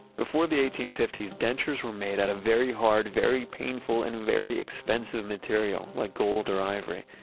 before the eighteen fifty s, dentures were made out of very hard, very painful and very expensive material, like gold or ivory.